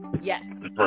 yes